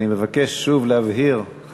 אני מבקש שוב להבהיר,